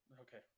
Okay